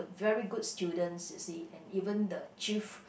very good students you see and even the chief